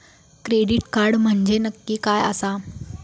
Credit card म्हंजे नक्की काय आसा?